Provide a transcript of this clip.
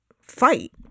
fight